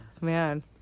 Man